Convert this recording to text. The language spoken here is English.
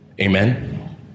amen